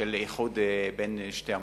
של איחוד בין שתי המועצות.